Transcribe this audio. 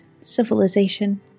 civilization